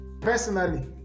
Personally